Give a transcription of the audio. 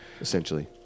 Essentially